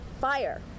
fire